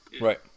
Right